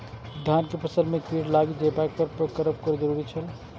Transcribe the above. धान के फसल में कीट लागि जेबाक पर की करब जरुरी छल?